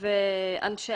ואנשי